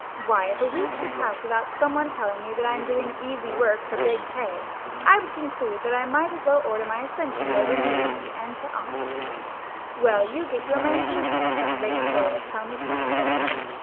why, if a week should pass without some one telling me that i am doing easy work for big pay i would conclude that i might as well order my ascension robe immediately and to onct well, you get your money easy some rate-payer will tell me, condescendingly.